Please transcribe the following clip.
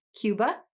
cuba